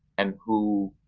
and who